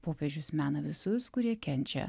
popiežius mena visus kurie kenčia